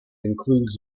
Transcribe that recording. includes